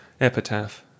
Epitaph